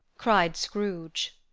cried scrooge.